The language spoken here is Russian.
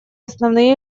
основные